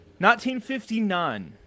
1959